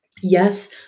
Yes